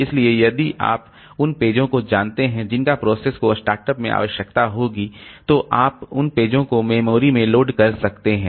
इसलिए यदि आप उन पेजों को जानते हैं जिनकी प्रोसेस को स्टार्टअप में आवश्यकता होगी तो आप उन पेजों को मेमोरी में लोड कर सकते हैं